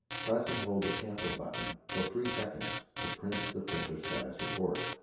press and hold the cancel button for three seconds to print the printer status report.